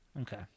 Okay